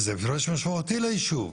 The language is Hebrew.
זה הפרש משמעותי ליישוב.